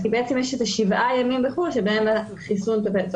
כי בעצם יש את השבעה ימים בחו"ל שבהם החיסון תקף.